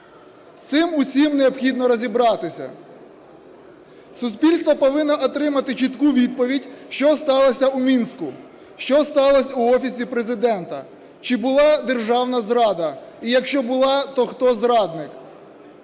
цим усім необхідно розібратися. Суспільство повинно отримати чітку відповідь, що сталося у Мінську, що сталося у Офісі Президента, чи була державна зрада, і якщо була, то хто зрадник.